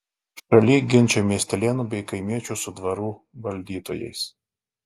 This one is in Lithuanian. šaly ginčai miestelėnų bei kaimiečių su dvarų valdytojais